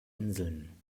inseln